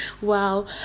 wow